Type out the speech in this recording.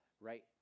right